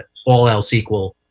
ah all else equal,